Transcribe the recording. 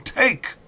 take